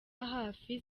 hafi